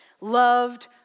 Loved